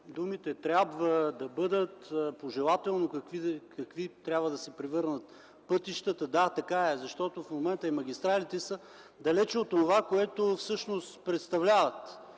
думите „трябва”, „да бъдат” – пожелателни какви трябва да бъдат пътищата. Да, така е, защото в момента магистралите са далеч от това, което те представляват